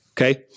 Okay